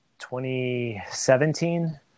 2017